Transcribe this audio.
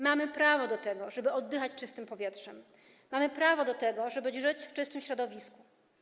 Mamy prawo do tego, żeby oddychać czystym powietrzem, mamy prawo do tego, żeby żyć w czystym środowisku.